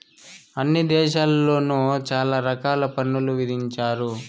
అన్ని దేశాల్లోను చాలా రకాల పన్నులు విధించారు